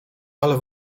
ale